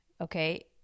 okay